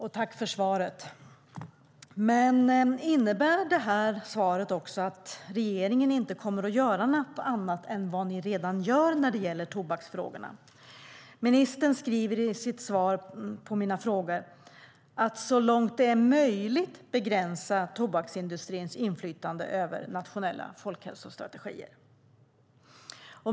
Herr talman! Innebär svaret också att regeringen inte kommer att göra någonting annat än vad ni redan gör när det gäller tobaksfrågorna? Ministern skriver i sitt svar på mina frågor: "- att så långt det är möjligt begränsa tobaksindustrins inflytande över nationella folkhälsostrategier".